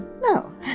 no